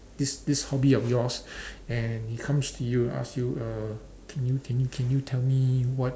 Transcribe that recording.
this this hobby of yours and he comes to you and ask you err can you can you can you tell me what